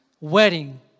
wedding